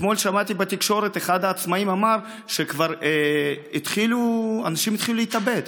אתמול שמעתי בתקשורת שאחד העצמאים אמר שאנשים התחילו להתאבד,